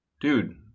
dude